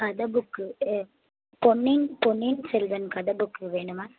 கதை புக்கு பொன்னியின் பொன்னியின் செல்வன் கதை புக் வேணும் மேம்